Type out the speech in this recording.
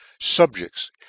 subjects